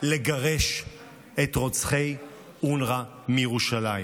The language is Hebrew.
חייבים לגרש את רוצחי אונר"א מירושלים,